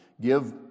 give